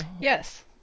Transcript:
Yes